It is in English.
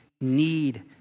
need